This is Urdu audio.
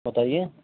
بتائیے